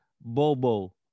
Bobo